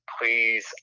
please